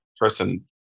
person